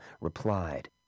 replied